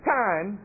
time